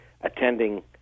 attending